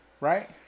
right